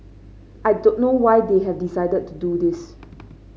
I don't know why they have decided to do this